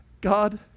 God